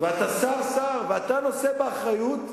אתה שר-שר, אתה נושא באחריות,